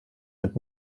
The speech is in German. mit